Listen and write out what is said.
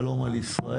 שלום על ישראל.